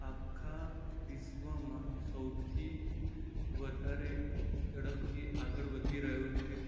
આખા વિશ્વમાં સૌથી વધારે ઝડપથી આગળ વધી રહ્યો છે